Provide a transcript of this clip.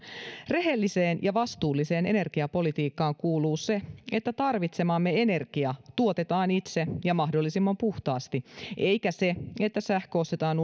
rehelliseen ja vastuulliseen energiapolitiikkaan kuuluu se että tarvitsemamme energia tuotetaan itse ja mahdollisimman puhtaasti eikä se että sähkö ostetaan